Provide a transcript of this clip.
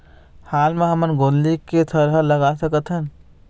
हाल मा हमन गोंदली के थरहा लगा सकतहन?